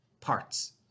parts